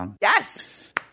yes